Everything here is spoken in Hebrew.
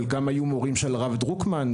חלקם היו מורים של הרב דרוקמן,